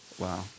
wow